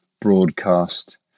broadcast